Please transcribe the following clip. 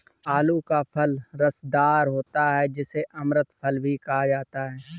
आलू का फल रसदार होता है जिसे अमृत फल भी कहा जाता है